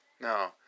no